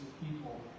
people